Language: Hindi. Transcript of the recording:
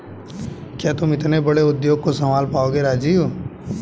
क्या तुम इतने बड़े उद्योग को संभाल पाओगे राजीव?